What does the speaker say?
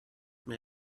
mir